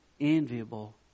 enviable